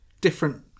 Different